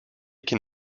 can